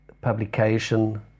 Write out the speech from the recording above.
publication